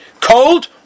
Cold